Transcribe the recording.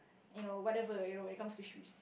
you know whatever when it comes to shoes